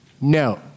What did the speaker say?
No